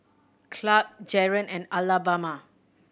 Clarke Jaren and Alabama